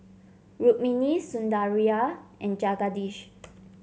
Rukmini Sundaraiah and Jagadish